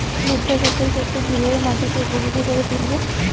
ভুট্টা চাষের ক্ষেত্রে কিভাবে মাটিকে উপযোগী করে তুলবো?